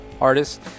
artist